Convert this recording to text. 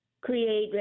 create